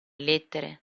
lettere